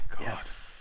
Yes